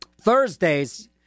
Thursdays